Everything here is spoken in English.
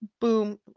boom